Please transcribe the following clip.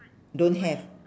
don't have